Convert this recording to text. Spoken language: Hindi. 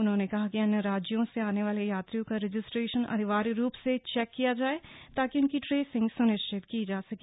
उन्होने कहा कि अन्य राज्यों से आने वाले यात्रियों का रजिस्ट्रेशन अनिवार्य रूप से चेक किया जाए ताकि उनकी ट्रेसिंग सुनिश्चित की जा सके